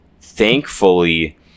thankfully